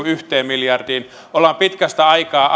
yhteen miljardiin ollaan pitkästä aikaa